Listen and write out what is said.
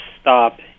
stop